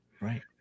Right